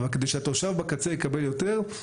אבל כדי שהתושב בקצה יקבל יותר,